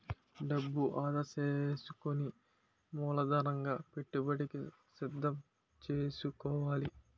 డబ్బు ఆదా సేసుకుని మూలధనంగా పెట్టుబడికి సిద్దం సేసుకోవాలి